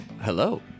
Hello